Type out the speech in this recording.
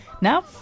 Now